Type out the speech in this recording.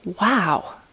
wow